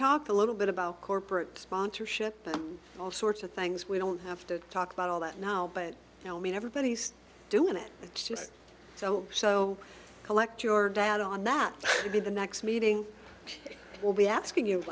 talked a little bit about corporate sponsorship all sorts of things we don't have to talk about all that now but you know i mean everybody's doing it so so collect your data on that to the next meeting which will be asking you